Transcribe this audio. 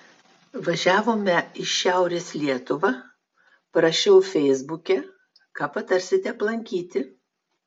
važiavome į šiaurės lietuvą parašiau feisbuke ką patarsite aplankyti